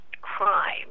crime